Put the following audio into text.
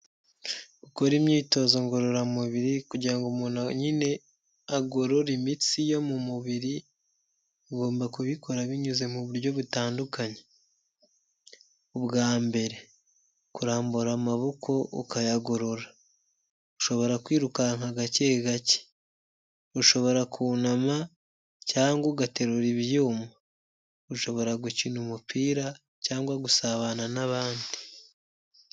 Ukore imyitozo ngororamubiri kugira ngo umuntu nyine agorora imitsi yo mu mubiri ugomba kubikora binyuze mu buryo butandukanye, ubwa mbere kurambura amaboko ukayagorora, ushobora kwirukanka gake gake, ushobora kunama cyangwa ugaterura ibyuma, ushobora gukina umupira cyangwa gusabana n'abandi.